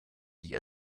die